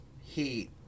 Heat